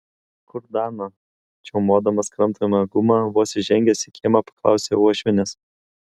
kur dana čiaumodamas kramtomąją gumą vos įžengęs į kiemą paklausė uošvienės